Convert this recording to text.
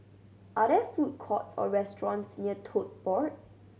are there food courts or restaurants near Tote Board